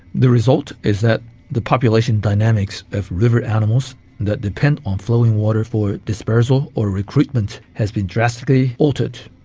the result is that the population dynamics of river animals that depend on flowing water for dispersal or recruitment has been drastically altered.